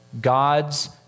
God's